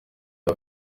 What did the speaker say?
bya